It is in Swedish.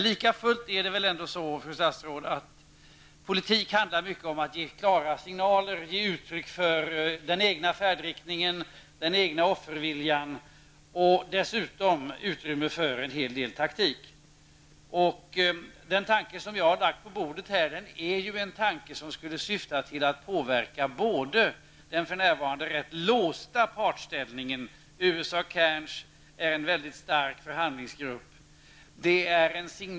Likafullt handlar politik mycket om att ge klara signaler och att ge uttryck för den egna färdriktningen och offerviljan. Dessutom handlar politik om att ge utrymme för en hel del taktik. Den tanke som jag har fört fram syftar till att påverka den för närvarande rätt låsta partställningen -- USA Cairns är en väldigt stark förhandlingsgrupp.